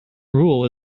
rule